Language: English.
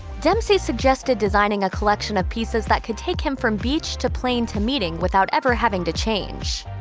dempsey suggested designing a collection of pieces that could take him from beach to plane to meeting without ever having to change.